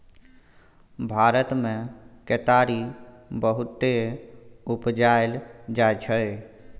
भारत मे केतारी बहुते उपजाएल जाइ छै